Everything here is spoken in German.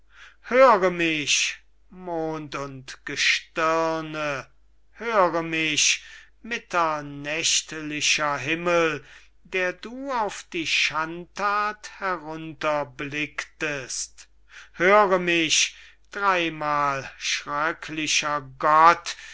höre mich mond und gestirne höre mich mitternächtlicher himmel der du auf die schandthat herunterblicktest höre mich dreymal schröcklicher gott